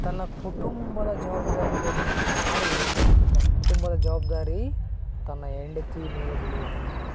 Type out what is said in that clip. ತನ್ನ ಕುಟುಂಬದ ಜವಾಬ್ದಾರಿಯನ್ನು ಯಾರು ಹೊರ್ಬೇಕು ತನ್ನ ಕುಟುಂಬದ ಜವಾಬ್ದಾರಿ ತನ್ನ ಹೆಂಡತಿ ಮೇಲೆ ಬೆಳೆಯಿತು